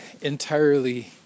entirely